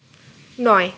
নয়